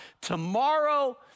tomorrow